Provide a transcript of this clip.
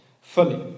fully